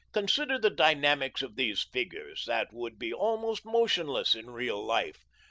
consider the dynamics of these figures that would be almost motionless in real life.